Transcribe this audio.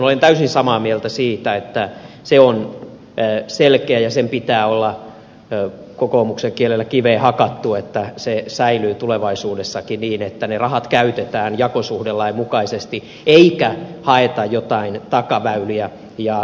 olen täysin samaa mieltä siitä että se on selkeä ja sen pitää olla kokoomuksen kielellä kiveen hakattu että se säilyy tulevaisuudessakin niin että ne rahat käytetään jakosuhdelain mukaisesti eikä haeta jotain takaväyliä ja